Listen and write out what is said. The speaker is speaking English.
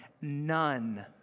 None